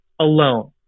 alone